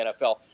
NFL